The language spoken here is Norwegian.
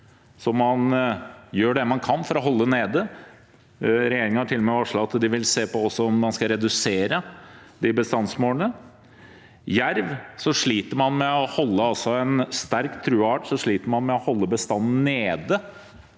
som man gjør det man kan for å holde nede. Regjeringen har til og med varslet at de vil se på om man skal redusere de bestandsmålene. Når det gjelder jerv, sliter man med å holde en sterkt